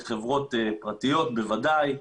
לחברות פרטיות בוודאי,